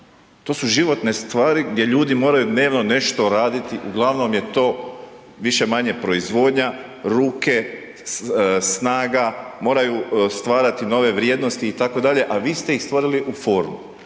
To su životne stvari gdje ljudi moraju dnevno nešto radit, uglavnom je to, više-manje proizvodnja, ruke, snaga, moraju stvarati nove vrijednosti itd., a vi ste ih stvorili u formu.